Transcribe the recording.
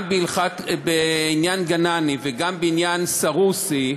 גם בעניין גנני וגם בעניין סרוסי,